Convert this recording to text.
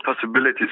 possibilities